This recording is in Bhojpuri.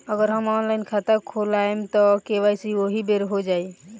अगर हम ऑनलाइन खाता खोलबायेम त के.वाइ.सी ओहि बेर हो जाई